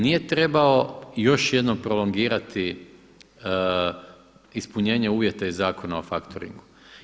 Nije trebao još jednom prolongirati ispunjenje uvjeta iz Zakona o faktoringu.